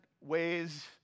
ways